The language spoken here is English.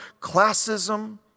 classism